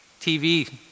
tv